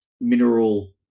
mineral